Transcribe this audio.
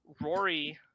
Rory